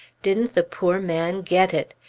didn't the poor man get it!